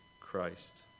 Christ